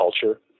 culture